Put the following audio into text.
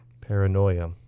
Paranoia